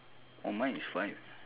white shirt